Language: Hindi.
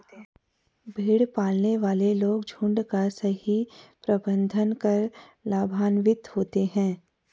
भेड़ पालने वाले लोग झुंड का सही प्रबंधन कर लाभान्वित होते हैं